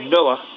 Noah